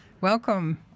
Welcome